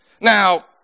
Now